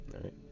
right